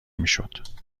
میشد